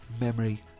Memory